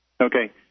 Okay